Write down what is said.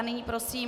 Nyní prosím...